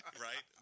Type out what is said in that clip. right